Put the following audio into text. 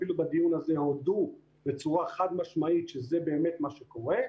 ואפילו בדיון הזה הודו בצורה חד משמעית שזה באמת מה שקורה,